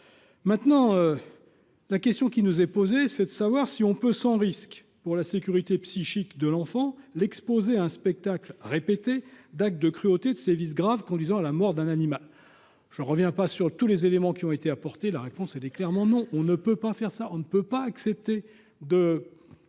Au fond, la question qui nous est posée est simple : peut on, sans risque pour la sécurité psychique de l’enfant, l’exposer à un spectacle répété d’actes de cruauté et de sévices graves conduisant à la mort d’un animal ? Je ne reviens pas sur tous les éléments qui ont été évoqués, la réponse est clairement non. On ne peut pas accepter de